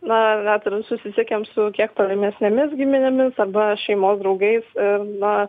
na net ir susisiekėm su kiek tolimesnėmis giminėmis arba šeimos draugais ir na